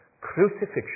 crucifixion